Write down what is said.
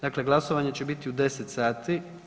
Dakle, glasovanje će biti u 10 sati.